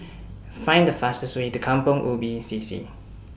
Find The fastest Way to Kampong Ubi C C